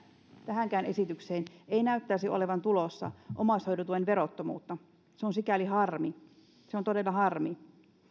tähänkään esitykseen ei näyttäisi olevan tulossa omaishoidon tuen verottomuutta se on sikäli harmi se on todella harmi